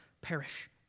perish